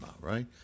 right